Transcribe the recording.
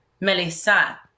Melissa